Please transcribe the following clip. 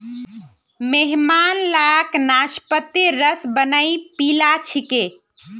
मेहमान लाक नाशपातीर रस बनइ पीला छिकि